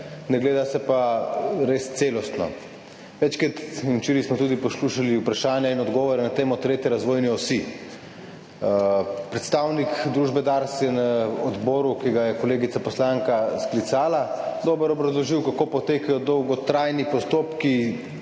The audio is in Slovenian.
ne gleda se pa res celostno. Večkrat in tudi včeraj smo poslušali vprašanja in odgovore na temo tretje razvojne osi. Predstavnik družbe Dars je na odboru, ki ga je sklicala kolegica poslanka, dobro obrazložil, kako potekajo dolgotrajni postopki,